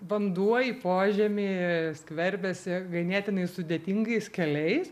vanduo į požemį skverbiasi ganėtinai sudėtingais keliais